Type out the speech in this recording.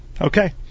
okay